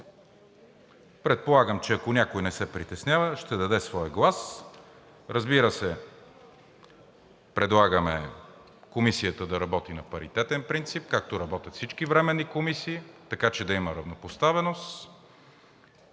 Предполагам, че ако някой не се притеснява, ще даде своя глас. Разбира се, предлагаме комисията да работи на паритетен принцип, както работят всички временни комисии, така че да има равнопоставеност,